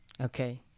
Okay